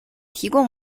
提供